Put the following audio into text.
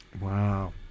Wow